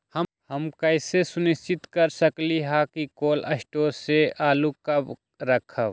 हम कैसे सुनिश्चित कर सकली ह कि कोल शटोर से आलू कब रखब?